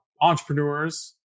entrepreneurs